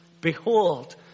behold